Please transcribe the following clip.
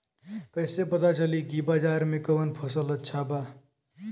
कैसे पता चली की बाजार में कवन फसल अच्छा बा?